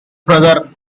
brother